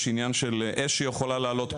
יש עניין של אש שיכולה לעלות פתאום.